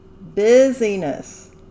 Busyness